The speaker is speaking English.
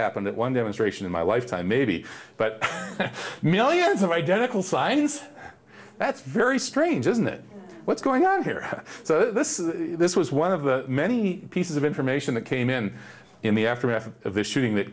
happened at one demonstration in my lifetime maybe but millions of identical signs that's very strange isn't that what's going on here so this is this was one of the many pieces of information that came in in the aftermath of the shooting that